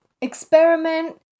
Experiment